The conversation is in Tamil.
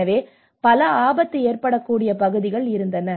எனவே பல ஆபத்து ஏற்படக்கூடிய பகுதிகள் இருந்தன